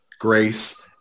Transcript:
grace